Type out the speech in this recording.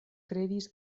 kredis